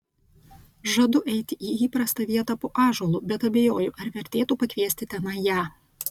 žadu eiti į įprastą vietą po ąžuolu bet abejoju ar vertėtų pakviesti tenai ją